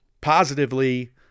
Positively